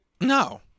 No